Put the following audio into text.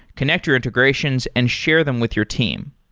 connect your integrations and share them with your team.